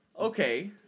Okay